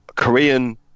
Korean